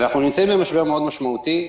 אנחנו נמצאים במשבר מאוד משמעותי,